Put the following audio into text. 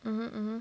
ஏன் ஏன்:yaen yaen